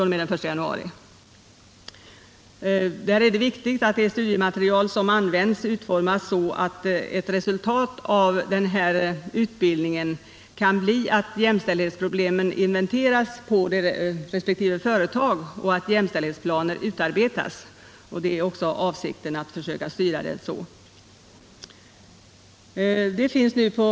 Det är viktigt att studiematerialet utformas så att ett resultat av utbildningen kan bli att jämställdhetsproblemen inventeras på resp. företag och att jämställdhetsplaner utarbetas. Det är också avsikten att försöka styra utbildningen i den riktningen.